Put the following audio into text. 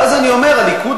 ואז אני אומר: הליכוד,